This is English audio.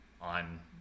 on